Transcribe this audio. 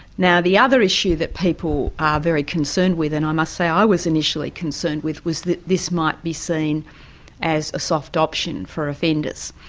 now, the other issue that people are very concerned with and i must say i was initially concerned with, was that this might be seen as a soft option for offenders.